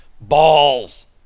balls